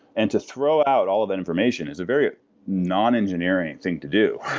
and to throw out all of that information is a very non-engineering thing to do,